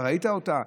אתה ראית אותה,